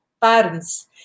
parents